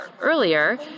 earlier